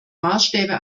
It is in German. maßstäbe